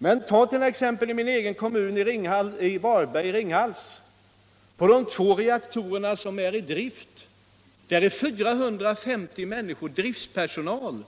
Men själva bilden blir fullständigt felaktig. Ta t.ex. Ringhals i min egen kommun Varberg. På de två reaktorerna i drift finns det 450 människor som är driftspersonal.